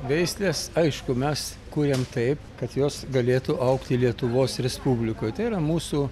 veisles aišku mes kūriam taip kad jos galėtų augti lietuvos respublikoj tai yra mūsų